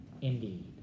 indeed